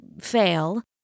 fail